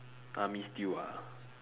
army stew ah